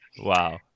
Wow